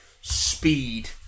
speed